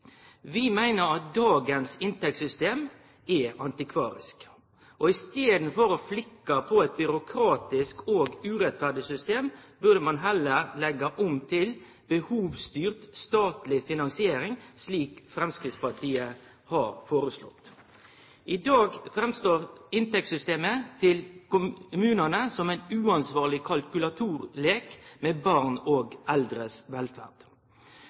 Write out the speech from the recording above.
Vi meiner at dagens inntektssystem er antikvarisk. I staden for å flikke på eit byråkratisk og urettferdig system, burde ein heller leggje om til behovsstyrt statleg finansiering, slik Framstegspartiet har foreslått. I dag framstår inntektssystemet til kommunane som ein uansvarleg kalkulatorleik med barns og eldres velferd.